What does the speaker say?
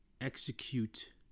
execute